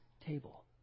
table